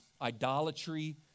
idolatry